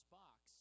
box